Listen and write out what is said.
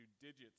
digits